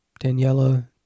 Daniela